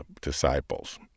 disciples